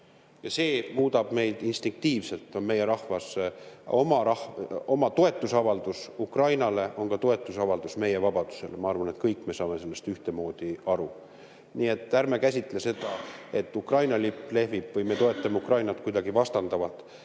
See muudab meid instinktiivselt. Meie rahva toetusavaldus Ukrainale on ka toetusavaldus meie vabadusele. Ma arvan, et kõik me saame sellest ühtemoodi aru. Nii et ärme käsitleme seda, et Ukraina lipp lehvib või me toetame Ukrainat, kuidagi vastandavalt.